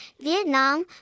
Vietnam